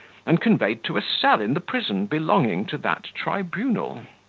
and conveyed to a cell in the prison belonging to that tribunal.